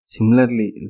Similarly